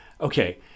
okay